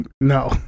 No